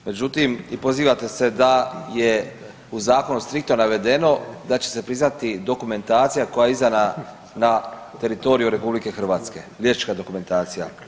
I pozivate se da je u zakonu striktno navedeno da će se priznati dokumentacija koja je izdana na teritoriju RH, liječnička dokumentacija.